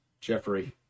Jeffrey